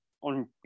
on